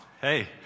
hey